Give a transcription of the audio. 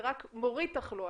זה רק מוריד תחלואה.